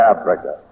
Africa